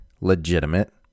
legitimate